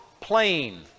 plain